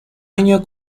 año